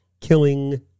killing